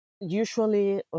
Usually